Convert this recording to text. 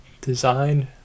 designed